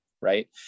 right